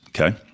okay